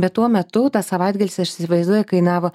bet tuo metu tą savaitgalis aš įsivaizduoju kainavo